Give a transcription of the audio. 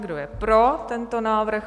Kdo je pro tento návrh?